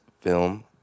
film